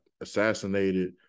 assassinated